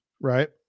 Right